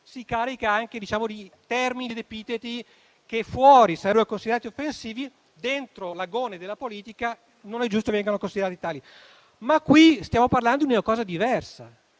spesso anche di termini e di epiteti che fuori sarebbero consigliato offensivi, ma che dentro l'agone della politica non è giusto vengano considerati tali. Qui, però, stiamo parlando di una cosa diversa,